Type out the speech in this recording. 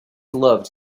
loved